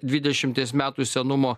dvidešimties metų senumo